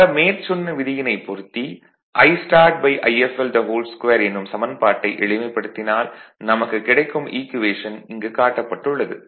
ஆக மேற்சொன்ன விதியினைப் பொருத்தி IstartIfl2 என்னும் சமன்பாட்டை எளிமைப்படுத்தினால் நமக்கு கிடைக்கும் ஈக்குவேஷன் இங்கு காட்டப்பட்டுள்ளது